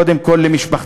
קודם כול למשפחתי,